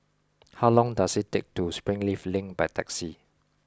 how long does it take to get to Springleaf Link by taxi